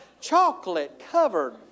Chocolate-covered